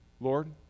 Lord